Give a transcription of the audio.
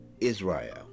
Israel